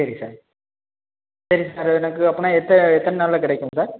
சரி சார் சரி சார் எனக்கு அப்பனா எத்த எத்தனை நாளில் கிடைக்கும் சார்